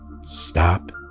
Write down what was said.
Stop